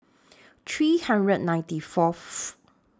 three hundred ninety Fourth